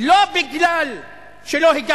לא כי לא הגעת,